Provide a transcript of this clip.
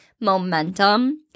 Momentum